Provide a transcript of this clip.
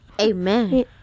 amen